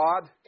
God